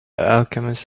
alchemist